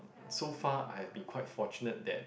so far I have been quite fortunate that